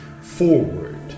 Forward